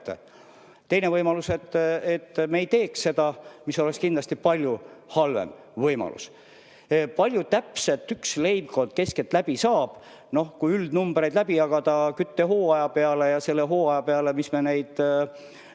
Teine võimalus on, et me ei tee seda – see oleks kindlasti palju halvem võimalus. Kui palju täpselt üks leibkond keskeltläbi saab? Noh, kui üldnumbrid jagada küttehooaja peale ja selle hooaja peale, mille eest